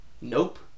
nope